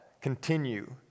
continue